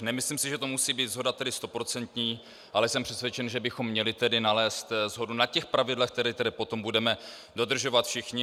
Nemyslím si, že to musí být shoda stoprocentní, ale jsem přesvědčen, že bychom měli nalézt shodu na těch pravidlech, která potom budeme dodržovat všichni.